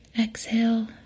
exhale